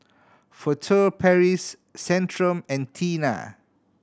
Furtere Paris Centrum and Tena